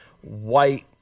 white